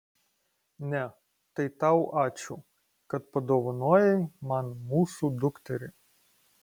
ne tai tau ačiū kad padovanojai man mūsų dukterį